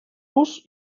los